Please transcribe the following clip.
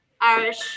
Irish